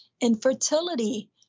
infertility